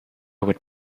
would